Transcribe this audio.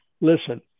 Listen